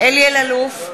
אלי אלאלוף,